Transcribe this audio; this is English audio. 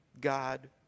God